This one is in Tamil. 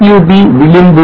sub விளிம்பு